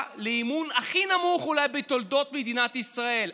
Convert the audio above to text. לאמון הכי נמוך אולי בתולדות מדינת ישראל.